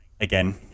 again